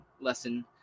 lesson